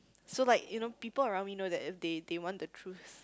so like you know people around me know that they they want the truth